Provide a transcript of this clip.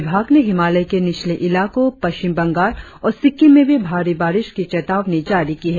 विभाग ने हिमालय के निचले इलाकों पश्चिम बंगाल और सिक्किम में भी भारी बारिश की चेतावनी जारी की है